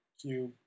cube